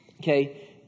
Okay